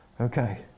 okay